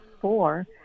four